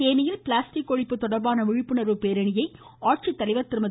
இருவரி தேனியில் பிளாஸ்டிக் ஒழிப்பு தொடர்பான விழிப்புணர்வு பேரணியை ஆட்சித்தலைவா் திருமதி